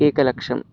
एकलक्षम्